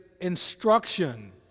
instruction